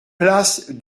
place